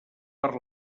per